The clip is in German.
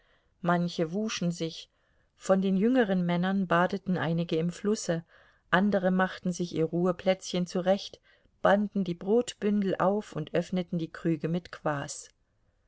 manche wuschen sich von den jüngeren männern badeten einige im flusse andere machten sich ihr ruheplätzchen zurecht banden die brotbündel auf und öffneten die krüge mit